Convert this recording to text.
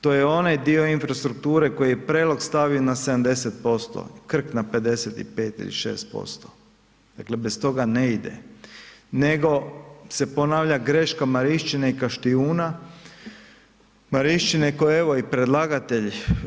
To je onaj dio infrastrukture koji je Prelog stavio na 70%, Krk na 55 ili 56% dakle bez toga ne ide nego se ponavlja greška Marišćine i Kaštijuna, Marišćine koja je evo i predlagatelj.